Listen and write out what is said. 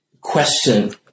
question